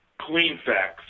CleanFacts